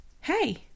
hey